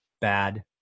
bad